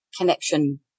connection